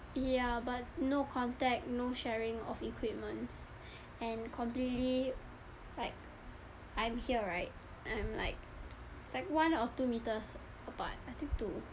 ya but no contact no sharing of equipments and completely like I'm here right I'm like it's like one or two metres apart I think two